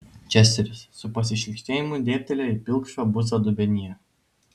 česteris su pasišlykštėjimu dėbtelėjo į pilkšvą buzą dubenyje